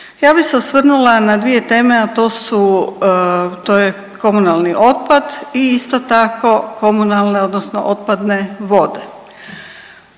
Ja bih se osvrnula na dvije teme, a to su, to je komunalni otpad i isto tako komunalne, odnosno otpadne vode.